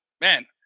man